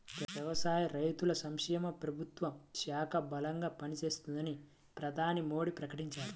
వ్యవసాయ, రైతుల సంక్షేమ మంత్రిత్వ శాఖ బలంగా పనిచేస్తుందని ప్రధాని మోడీ ప్రకటించారు